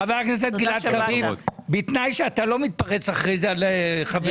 חבר הכנסת גלעד קריב בתנאי שאתה לא מתפרץ אחרי זה לאחרים.